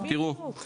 קודם כול,